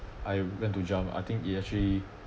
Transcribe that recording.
I went to jump I think it actually